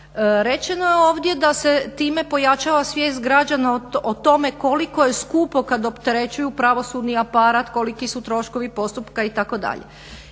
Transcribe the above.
Rečeno je ovdje da se time pojačava svijest građana o tome koliko je skupo kada opterećuju pravosudni aparat, koliki su troškovi postupka itd.